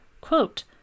quote